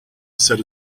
set